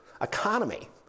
economy